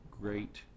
great